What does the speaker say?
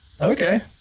Okay